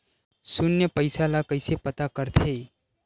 शून्य पईसा ला कइसे पता करथे?